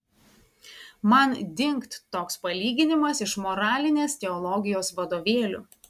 man dingt toks palyginimas iš moralinės teologijos vadovėlių